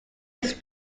his